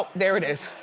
there it is.